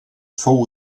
fou